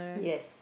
yes